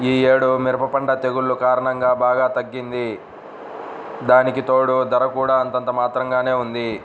యీ యేడు మిరప పంట తెగుల్ల కారణంగా బాగా తగ్గింది, దానికితోడూ ధర కూడా అంతంత మాత్రంగానే ఉంది